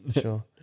sure